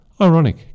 Ironic